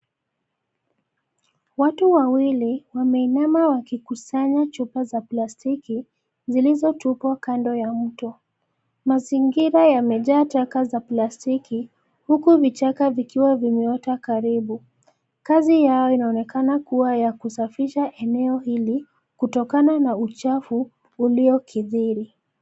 Watu wawili wameinama wakikusanya chupa za plastiki zilizo tupwa kando ya mto. Mazingira yamejaa taka za plastiki huku vichaka vikiwa vimeota karibu. Kazi yao inaonekana kuwa ya kusafisha eneo hili kutokana na uchafu ulio kidhiri.